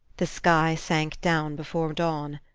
the sky sank down before dawn,